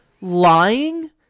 lying